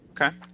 Okay